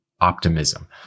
optimism